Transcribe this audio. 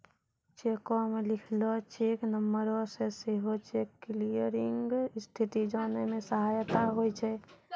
चेको पे लिखलो चेक नंबरो से सेहो चेक क्लियरिंग स्थिति जाने मे सहायता होय छै